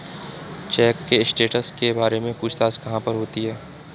Check के status के बारे में पूछताछ कहाँ पर होती है?